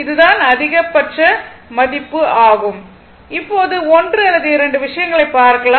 இதுதான் அதிகபட்ச மதிப்பு ஆகும் இப்போது 1 அல்லது 2 விஷயங்களை பார்க்கலாம்